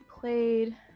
played